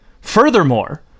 Furthermore